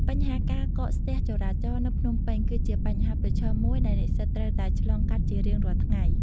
បញ្ហាការកកស្ទះចរាចរណ៍នៅភ្នំពេញគឺជាបញ្ហាប្រឈមមួយដែលនិស្សិតត្រូវតែឆ្លងកាត់ជារៀងរាល់ថ្ងៃ។